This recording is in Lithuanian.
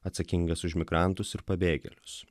atsakingas už migrantus ir pabėgėlius